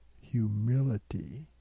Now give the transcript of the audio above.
humility